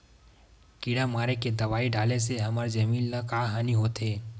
किड़ा मारे के दवाई डाले से हमर जमीन ल का हानि होथे?